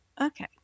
Okay